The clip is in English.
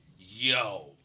yo